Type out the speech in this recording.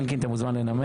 אלקין, אתה מוזמן לנמק.